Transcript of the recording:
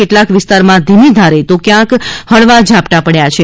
કેટલાંક વિસ્તારમાં ધીમી ધારે તો ક્યાંક હળવા ઝાપટાં પડ્યાં છે